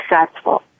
successful